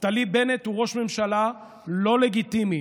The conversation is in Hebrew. נפתלי בנט הוא ראש ממשלה לא לגיטימי